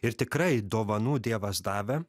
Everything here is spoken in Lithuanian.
ir tikrai dovanų dievas davė